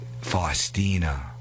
Faustina